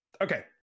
Okay